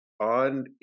on